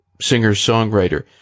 singer-songwriter